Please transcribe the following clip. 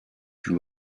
plus